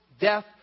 death